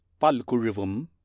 Palkurivum